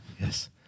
Yes